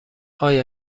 آیا